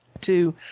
two